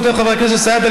כותב חבר הכנסת סידה,